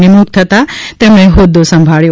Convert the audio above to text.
નિમણુક થતા તેમણે હોદ્દો સંભાબ્યો